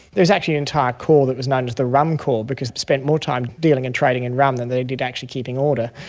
there was actually an entire corps that was known as the rum corps because they spent more time dealing and trading in rum than they did actually keeping order.